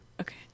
okay